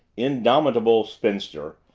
indomitable spinster,